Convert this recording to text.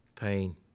pain